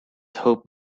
hope